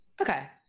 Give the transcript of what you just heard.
Okay